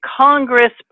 Congress